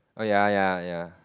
oh ya ya ya